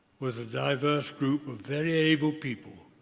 was a diverse group of very able people